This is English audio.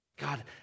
God